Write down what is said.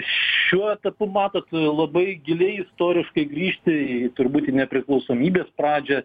šiuo etapu matot labai giliai istoriškai grįžti į turbūt nepriklausomybės pradžią